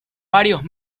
varios